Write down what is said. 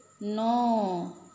No